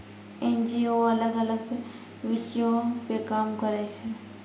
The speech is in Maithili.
एन.जी.ओ अलग अलग विषयो पे काम करै छै